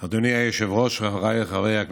היושב-ראש, חבריי חברי הכנסת,